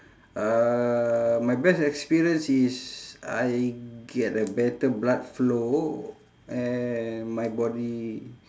uh my best experience is I get a better blood flow and my body